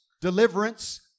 deliverance